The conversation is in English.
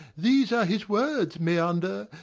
these are his words meander,